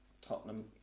Tottenham